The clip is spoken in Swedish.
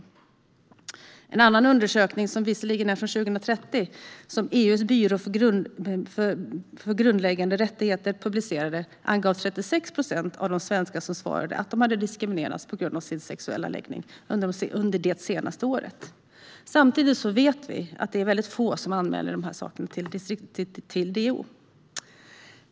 I en annan undersökning, visserligen från 2013, som EU:s byrå för grundläggande rättigheter publicerade, angav 36 procent av de svenskar som svarade att de hade diskriminerats på grund av sin sexuella läggning under det senaste året. Samtidigt vet vi att det är väldigt få som anmäler dessa saker till DO.